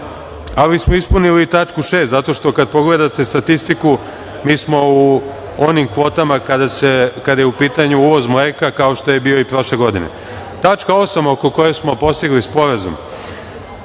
Ispunili smo i tačku 6. zato što kada pogledate statistiku mi smo u onim kvotama kada je u pitanju uvoz mleka kao što je bio i prošle godine. Tačka 8. oko koje smo postigli sporazum.